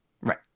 Right